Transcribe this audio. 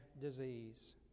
disease